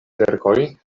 verkoj